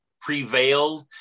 prevailed